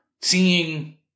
seeing